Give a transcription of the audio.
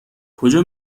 کجا